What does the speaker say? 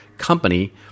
company